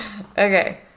Okay